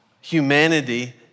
humanity